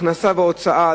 הכנסה והוצאה,